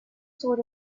sort